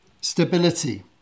stability